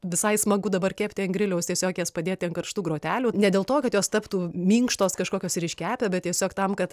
visai smagu dabar kepti ant griliaus tiesiog jas padėti ant karštų grotelių ne dėl to kad jos taptų minkštos kažkokios ir iškepę bet tiesiog tam kad